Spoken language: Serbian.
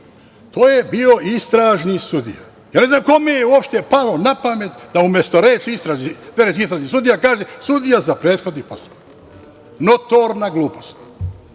Ko je bio istražni sudija, ne znam kome je uopšte palo na pamet da umesto reč istražni sudija, kaže sudija za prethodni postupak. Notorna glupost.